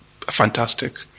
fantastic